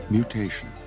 Mutation